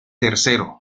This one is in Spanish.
tercero